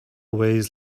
ways